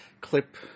clip